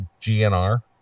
GNR